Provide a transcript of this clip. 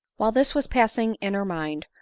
while this was passing in her mind,